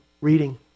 reading